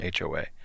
HOA